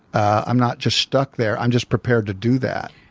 i'm not just stuck there. i'm just prepared to do that.